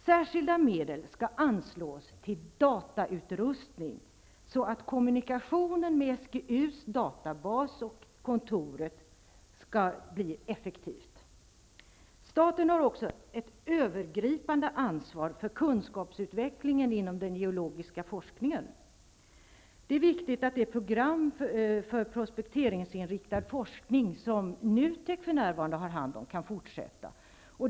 Särskilda medel skall anslås till datautrustning, så att kommunikationen mellan SGU:s databaser och mineralkontoret blir effektiv. Staten har också ett övergripande ansvar för kunskapsutvecklingen inom den geologiska forskningen. Det är viktigt att det program för prospekteringsinriktad forskning som NUTEK för närvarande har hand om kan fortsätta.